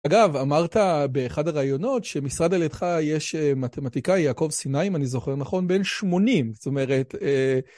אגב, אמרת באחד הראיונות שמשרד על ידך יש מתמטיקאי יעקב סיני, אם אני זוכר נכון, בין שמונים, זאת אומרת...